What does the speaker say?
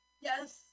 Yes